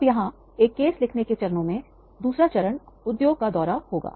अब यहां एक केस लिखने के चरणों में दूसरा चरण उद्योग का दौरा होगा